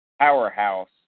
powerhouse